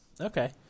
Okay